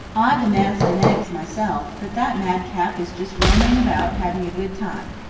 i've a nest and eggs myself, but that madcap is just roaming about having a good time.